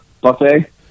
buffet